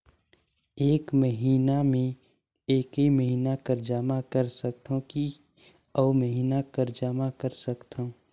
एक महीना मे एकई महीना कर जमा कर सकथव कि अउ महीना कर जमा कर सकथव?